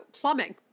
plumbing